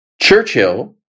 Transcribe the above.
Churchill